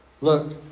Look